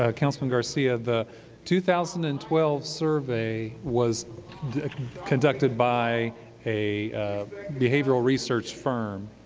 ah councilman garcia, the two thousand and twelve survey was conducted by a behavioral research firm,